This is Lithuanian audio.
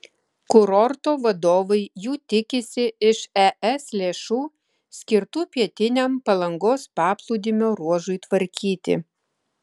kurorto vadovai jų tikisi iš es lėšų skirtų pietiniam palangos paplūdimio ruožui tvarkyti